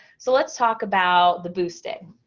so let's talk about the boosting